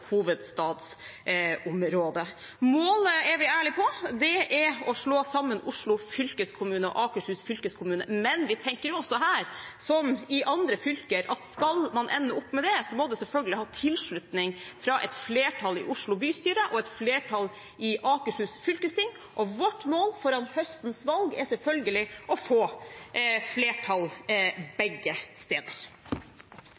hovedstadsområdet. Målet er vi ærlige på. Det er å slå sammen Oslo fylkeskommune og Akershus fylkeskommune, men vi tenker også her, som i andre fylker, at skal man ende opp med det, må det selvfølgelig ha tilslutning fra et flertall i Oslo bystyre og et flertall i Akershus fylkesting. Vårt mål foran høstens valg er selvfølgelig å få flertall begge steder.